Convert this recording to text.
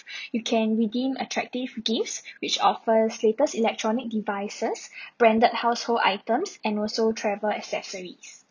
you can redeem attractive gifts which offers latest electronic devices branded household items and also travel accessories